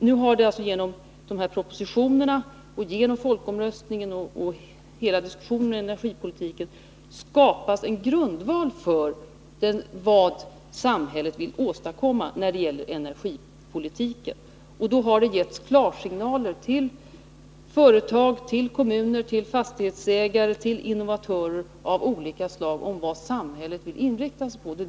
Nu har det genom de här propositionerna och genom folkomröstningen och hela diskussionen kring energipolitiken skapats en grundval för vad samhället vill åstadkomma på det här området, och då har det getts klarsignal till företag, till kommuner, till fastighetsägare, till innovatörer av olika slag i fråga om vad samhället vill inrikta sig på.